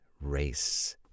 race